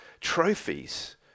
trophies